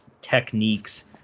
techniques